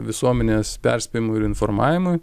visuomenės perspėjimui ir informavimui